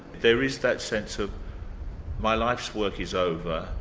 there is that sense of my life's work is over,